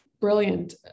Brilliant